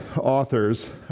authors